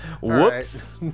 Whoops